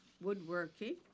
woodworking